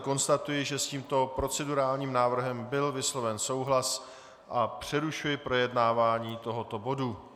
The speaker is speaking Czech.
Konstatuji, že s tímto procedurálním návrhem byl vysloven souhlas, a přerušuji projednávání tohoto bodu.